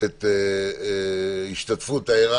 את ההשתתפות הערה,